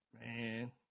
Man